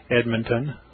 Edmonton